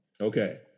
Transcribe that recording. okay